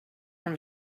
from